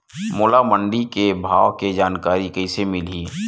मोला मंडी के भाव के जानकारी कइसे मिलही?